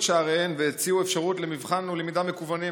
שעריהן והציעו אפשרות למבחן ולמידה מקוונים,